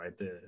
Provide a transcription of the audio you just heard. Right